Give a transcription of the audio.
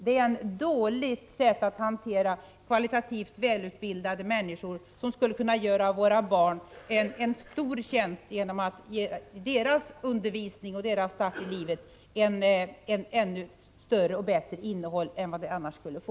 Det är ett dåligt sätt att hantera kvalitativt välutbildade människor, som skulle kunna göra våra barn en stor tjänst genom att ge deras undervisning och start i livet ett ännu större och bättre innehåll än vad de annars skulle få.